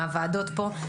מהוועדות פה,